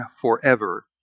forever